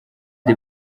the